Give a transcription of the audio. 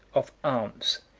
of arms,